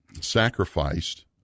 sacrificed